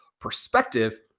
perspective